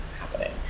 happening